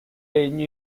legno